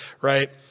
right